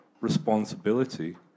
responsibility